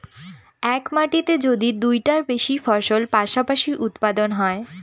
এক মাটিতে যদি দুইটার বেশি ফসল পাশাপাশি উৎপাদন হয়